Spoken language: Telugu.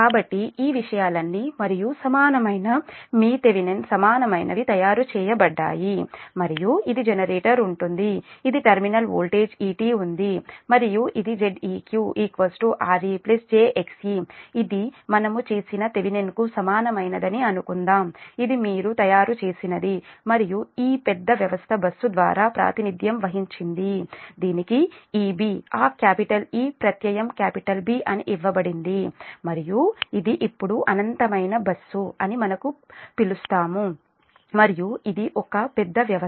కాబట్టి ఈ విషయాలన్నీ మరియు సమానమైన మీ థెవెనిన్ సమానమైనవి తయారు చేయబడ్డాయి మరియు ఇది జనరేటర్ ఉంటుంది ఇది టెర్మినల్ వోల్టేజ్ Et ఉంది మరియు ఇది Zeq re j xe ఇది మనము చేసిన థెవెనిన్ కు సమానమైనదని అనుకుందాం ఇది మీరు తయారు చేసినది మరియు ఈ పెద్ద వ్యవస్థ బస్సు ద్వారా ప్రాతినిధ్యం వహించింది దీనికి EB ఆ క్యాపిటల్ E ప్రత్యయం B అని ఇవ్వబడింది మరియు ఇది ఇప్పుడు అనంతమైన బస్సు అని మనము పిలుస్తాము మరియు ఇది ఒక పెద్ద వ్యవస్థ